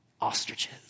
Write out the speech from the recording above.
Ostriches